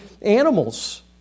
animals